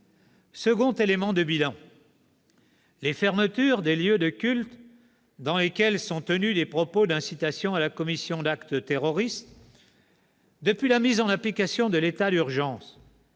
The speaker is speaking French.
Autre élément de bilan : les fermetures des lieux de culte dans lesquels sont tenus des propos d'incitation à la commission d'actes terroristes. Depuis la mise en application de l'état d'urgence,